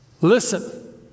listen